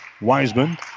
Wiseman